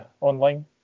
online